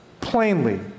plainly